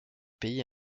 pays